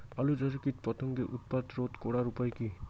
আলু চাষের কীটপতঙ্গের উৎপাত রোধ করার উপায় কী?